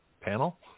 Panel